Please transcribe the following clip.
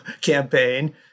campaign